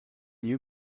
you